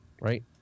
Right